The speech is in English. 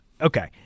Okay